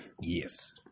Yes